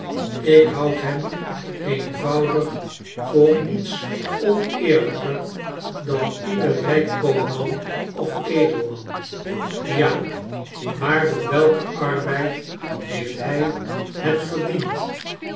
ik houd hem eenvoudig voor niets oneerlijker dan ieder rijk koopman of edelman ja maar door welken arbeid heeft hij het verdiend